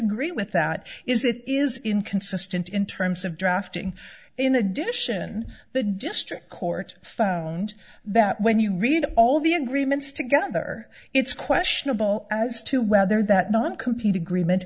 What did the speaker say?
agree with that is it is inconsistent in terms of drafting in addition the district court found that when you read all the agreements together it's questionable as to whether that non competing agreement